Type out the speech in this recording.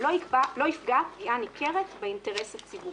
לא יפגע פגיעה ניכרת באינטרס הציבורי.